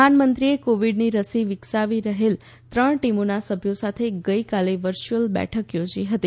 પ્રધાનમંત્રીએ કોવિડની રસી વિકસાવી રહેલ ત્રણ ટીમોના સભ્યો સાથે ગઈકાલે વર્ચ્યુઅલ બેઠક યોજી હતી